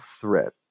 threat